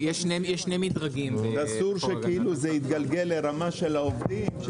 על כל עגבנייה לבד, מלפפון לבד זאת הפרה?